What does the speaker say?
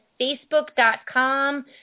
facebook.com